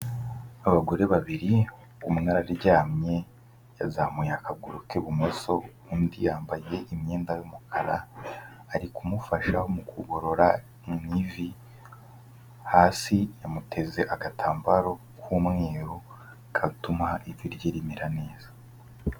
Abagore babiri, umwe araryamye yazamuye akaguru k'ibumoso, undi yambaye imyenda y'umukara, ari kumufasha mu kugorora mu ivi, hasi yamuteze agatambaro k'umweru gatuma ijwi rye rimera neza.